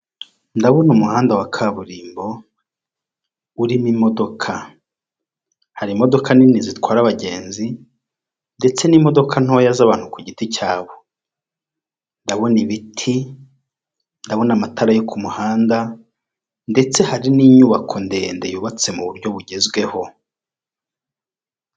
Ndabona umuhanda wa kaburimbo urimo imodoka, hari imodoka nini zitwara abagenzi ndetse n'imodoka ntoya z'abantu ku giti cyabo, ndabona ibiti, ndabona amatara yo muhanda ndetse hari n'inyubako ndende yubatse mu buryo bugezweho.